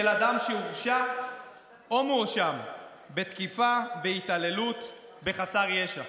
אדם שהורשע או מואשם בתקיפה או בהתעללות בחסר ישע,